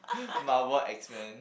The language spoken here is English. Marvel expand